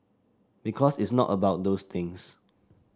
because it's not about those things